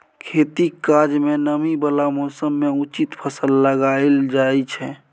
खेतीक काज मे नमी बला मौसम मे उचित फसल लगाएल जाइ छै